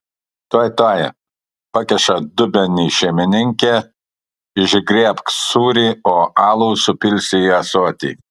tuoj tuoj pakiša dubenį šeimininkė išgriebk sūrį o alų supilsi į ąsotį